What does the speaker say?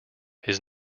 his